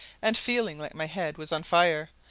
and, feeling like my head was on fire,